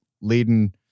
leading